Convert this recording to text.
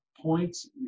points